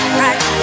right